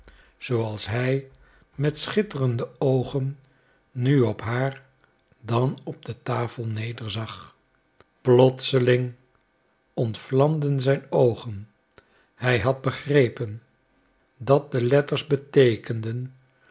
zooals hij met schitterende oogen nu op haar dan op de tafel nederzag plotseling ontvlamden zijn oogen hij had begrepen dat de letters beteekenden